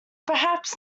perhaps